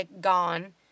gone